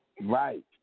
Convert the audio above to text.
Right